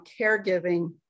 caregiving